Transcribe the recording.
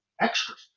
extras